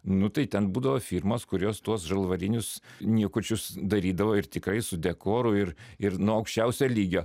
nu tai ten būdavo firmos kurios tuos žalvarinius niekučius darydavo ir tikrai su dekoru ir ir nu aukščiausio lygio